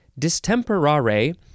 distemperare